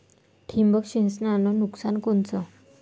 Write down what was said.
ठिबक सिंचनचं नुकसान कोनचं?